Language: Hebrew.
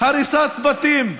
הריסת בתים.